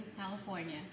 California